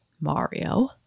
Mario